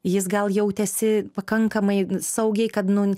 jis gal jautėsi pakankamai saugiai kad nu